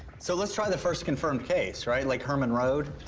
so let's try the first confirmed case, right? lake herman road,